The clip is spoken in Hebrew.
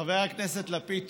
חבר הכנסת לפיד,